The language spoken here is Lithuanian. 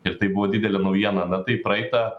ir tai buvo didelė naujiena na tai praeitą